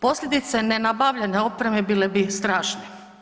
Posljedice nenabavljanja opreme bile bi strašne.